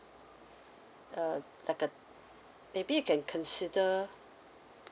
uh like a maybe you can consider